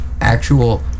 actual